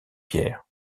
pierre